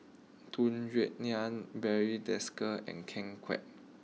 Tung Yue Nang Barry Desker and Ken Kwek